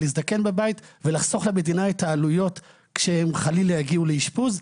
להזדקן בבית ולחסוך למדינה את העלויות כשהם חלילה יגיעו לאשפוז.